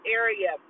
area